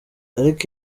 ariko